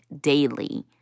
daily